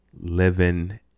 Living